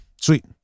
sweet